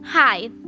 Hi